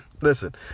listen